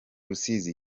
rusizi